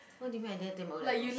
what do you mean I dare take my O-levels